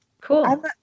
Cool